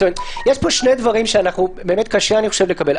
יש פה שני דברים שקשה לקבל.